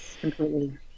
Completely